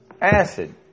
acid